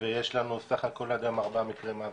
ויש לנו סך הכל גם ארבעה מקרי מוות.